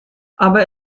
aber